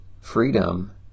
freedom